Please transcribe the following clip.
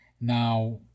Now